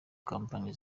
kompanyi